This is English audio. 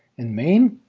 in main,